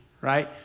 right